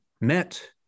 met